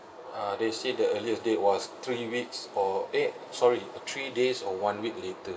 uh they say the earliest date was three weeks or eh sorry uh three days or one week later